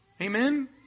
Amen